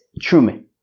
Truman